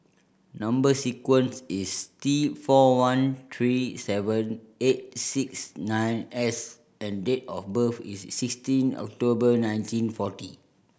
number sequence is T four one three seven eight six nine S and date of birth is sixteen October nineteen forty